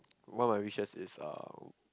what my wishes is uh